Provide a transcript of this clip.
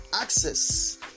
Access